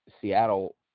Seattle